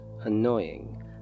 annoying